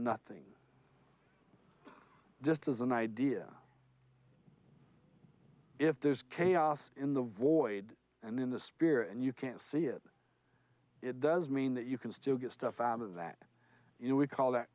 nothing just as an idea if there's chaos in the void and in the spirit and you can't see it it does mean that you can still get stuff out of that you know we call that